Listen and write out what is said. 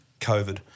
COVID